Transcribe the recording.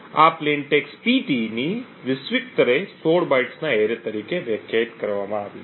આ સાદા text pt ની વૈશ્વિક સ્તરે 16 બાઇટ્સ ના array તરીકે વ્યાખ્યાયિત કરવામાં આવી છે